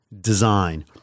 design